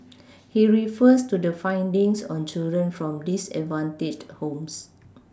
he refers to the findings on children from disadvantaged homes